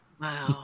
Wow